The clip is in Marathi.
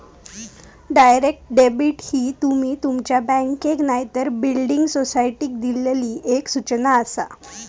डायरेक्ट डेबिट ही तुमी तुमच्या बँकेक नायतर बिल्डिंग सोसायटीक दिल्लली एक सूचना आसा